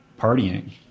partying